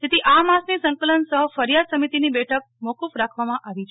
જેથી આ માસની સંકલન સફ ફરિયાદ સમિતિની બેઠક મોકૂફ રાખવામાં આવી છે